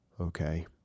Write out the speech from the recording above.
Okay